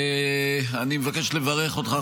אני מבקש לברך אותך,